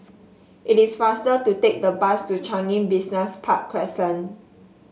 it is faster to take the bus to Changi Business Park Crescent